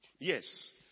Yes